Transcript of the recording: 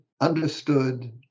understood